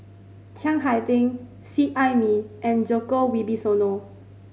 Chiang Hai Ding Seet Ai Mee and Djoko Wibisono